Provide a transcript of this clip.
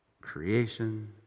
Creation